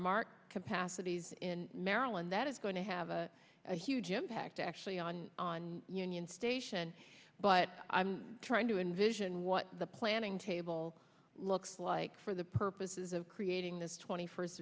mart capacities in maryland that is going to have a huge impact actually on on union station but i'm trying to envision what the planning table looks like for the purposes of creating this twenty first